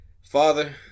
Father